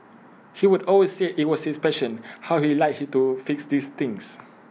he would always say IT was his passion how he liked to fix these things